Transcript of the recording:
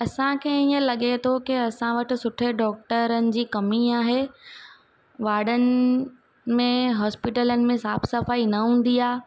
असांखे ईअं लॻे थो की असां वटि सुठे डॉक्टरनि जी कमी आहे वाडनि में हॉस्पिटलनि में साफ़ सफ़ाई न हूंदी आहे